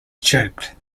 joked